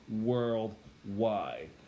worldwide